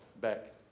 back